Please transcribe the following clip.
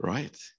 Right